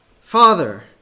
Father